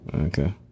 Okay